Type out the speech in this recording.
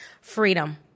Freedom